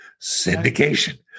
syndication